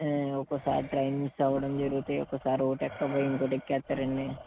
ఆయి ఒక్కో సారి ట్రైన్ మిస్ అవ్వడం జరుగుతాయి ఒక్కోసారి ఒకటి ఎక్కబోయి ఇంకోటి ఎక్కేస్తారండి